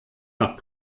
nach